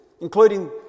including